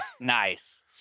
Nice